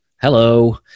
hello